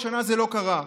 השנה זה לא קרה.